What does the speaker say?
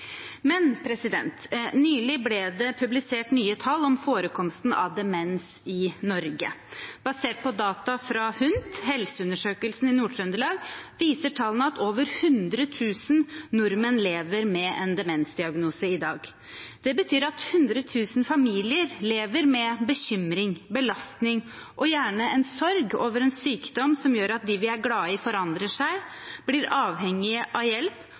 Nylig ble det publisert nye tall om forekomsten av demens i Norge. Data fra HUNT, Helseundersøkelsen i Trøndelag, viser at over 100 000 nordmenn lever med en demensdiagnose i dag. Det betyr at 100 000 familier lever med bekymring, belastning og gjerne en sorg over en sykdom som gjør at de vi er glade i, forandrer seg, blir avhengige av hjelp